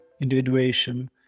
individuation